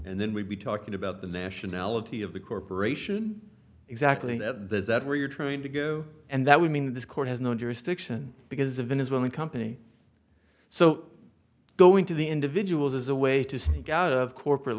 and then we'd be talking about the nationality of the corporation exactly that there's that where you're trying to go and that would mean that this court has no jurisdiction because of venezuelan company so going to the individuals is a way to sneak out of corporate